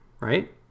right